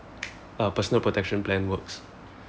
a personal protection plan works